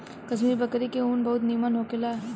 कश्मीरी बकरी के ऊन बहुत निमन होखेला